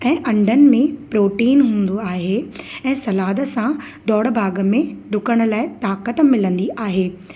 ऐं अंडनि में प्रोटीन हूंदो आहे ऐं सलाद सां दौड़ भाग में डुकण लाइ ताक़त मिलंदी आहे